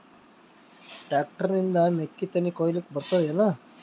Tractor ನಿಂದ ಮೆಕ್ಕಿತೆನಿ ಕೊಯ್ಯಲಿಕ್ ಬರತದೆನ?